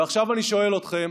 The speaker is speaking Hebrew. ועכשיו אני שואל אתכם,